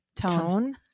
Tone